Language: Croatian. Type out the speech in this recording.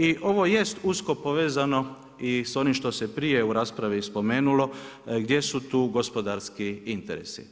I ovo jest usko povezano i s onim što se prije u raspravi spomenulo, gdje su tu gospodarski interesi.